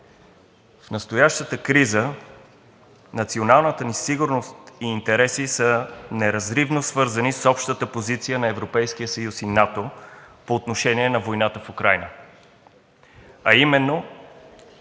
В настоящата криза националната ни сигурност и интереси са неразривно свързани с общата позиция на Европейския съюз и НАТО по отношение на войната в Украйна, а именно